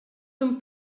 són